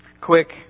Quick